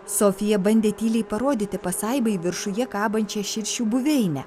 sofija bandė tyliai parodyti pasaibai viršuje kabančią širšių buveinę